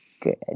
Good